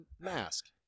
mask